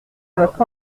votre